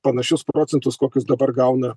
panašius procentus kokius dabar gauna